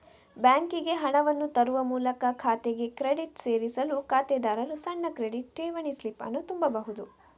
ಬ್ಯಾಂಕಿಗೆ ಹಣವನ್ನು ತರುವ ಮೂಲಕ ಖಾತೆಗೆ ಕ್ರೆಡಿಟ್ ಸೇರಿಸಲು ಖಾತೆದಾರರು ಸಣ್ಣ ಕ್ರೆಡಿಟ್, ಠೇವಣಿ ಸ್ಲಿಪ್ ಅನ್ನು ತುಂಬಬಹುದು